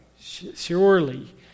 surely